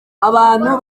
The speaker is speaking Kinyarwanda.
abantu